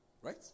Right